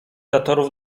zatorów